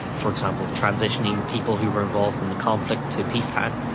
for example, transitioning people who were involved in the conflict to peace time.